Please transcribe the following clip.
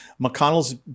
McConnell's